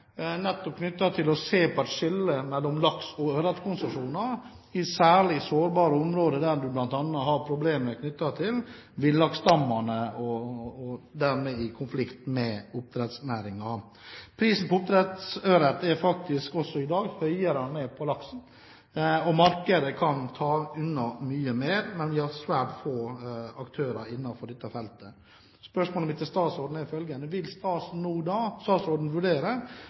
nettopp til å se på et skille mellom laks- og ørretkonsesjoner i særlig sårbare områder der man bl.a. har problemer knyttet til villaksstammene, og dermed er i konflikt med oppdrettsnæringen. Prisen på oppdrettsørret er faktisk også i dag høyere enn på laksen, og markedet kan ta unna mye mer. Men vi har svært få aktører innenfor dette feltet. Spørsmålet mitt til statsråden er følgende: Vil